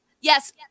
yes